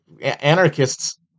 anarchists